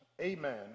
amen